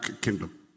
kingdom